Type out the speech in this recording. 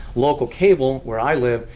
local cable, where i live,